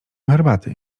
herbaty